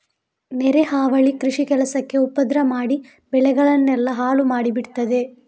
ನೆರೆ ಹಾವಳಿ ಕೃಷಿ ಕೆಲಸಕ್ಕೆ ಉಪದ್ರ ಮಾಡಿ ಬೆಳೆಗಳನ್ನೆಲ್ಲ ಹಾಳು ಮಾಡಿ ಬಿಡ್ತದೆ